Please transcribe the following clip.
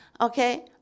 Okay